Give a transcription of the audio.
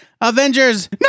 Avengers